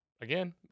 Again